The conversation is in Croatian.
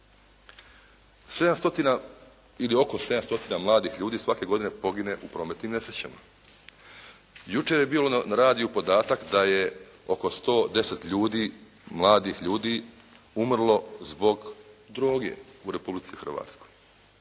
sedam stotina mladih ljudi svake godine pogine u prometnim nesrećama. Jučer je bio na radiju podatak da je oko 110 ljudi, mladih ljudi umrlo zbog droge u Republici Hrvatskoj